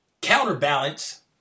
counterbalance